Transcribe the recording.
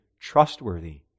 trustworthy